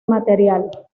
material